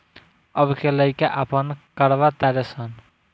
अब के लइका आपन करवा तारे सन